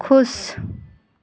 खुश